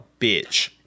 bitch